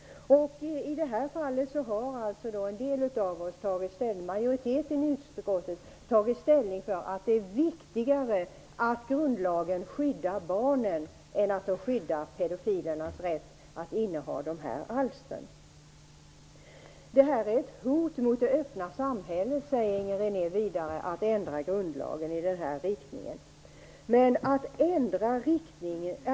I det här fallet har majoriteten i utskottet tagit ställning för att det är viktigare att grundlagen skyddar barnen än att den skyddar pedofilernas rätt att inneha alster av den här typen. Att ändra grundlagen i den här riktningen är ett hot mot det öppna samhället, sade Inger René.